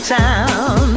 town